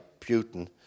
Putin